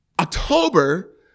October